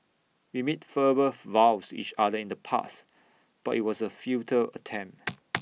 we made verbal vows each other in the past but IT was A futile attempt